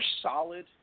solid